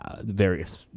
Various